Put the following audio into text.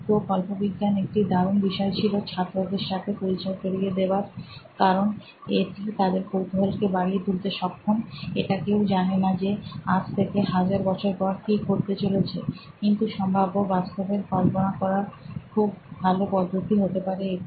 তো কল্পবিজ্ঞান একটি দারুন বিষয় ছিল ছাত্রদের সাথে পরিচয় করিয়ে দেবার কারণ এটি তাদের কৌতুহল কে বাড়িয়ে তুলতে সক্ষম এটা কেউ জানে না যে আজ থেকে হাজার বছর পর কী ঘটতে চলেছে কিন্তু সম্ভাব্য বাস্তবের কল্পনা করার খুব ভাল পদ্ধতি হতে পারে এটি